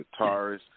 guitarist